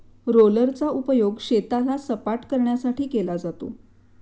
रोलरचा उपयोग शेताला सपाटकरण्यासाठी केला जातो